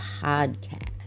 podcast